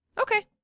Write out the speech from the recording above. Okay